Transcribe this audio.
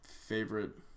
favorite